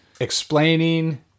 explaining